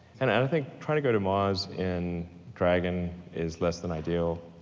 and and i think trying to go to mars in dragon is less than ideal